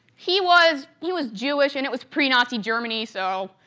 he was he was jewish and it was pre-nazi germany, so,